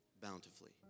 bountifully